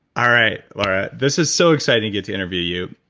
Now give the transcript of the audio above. ah right laura, this is so exciting to get to interview you,